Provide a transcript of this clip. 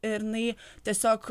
ir jinai tiesiog